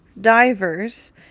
divers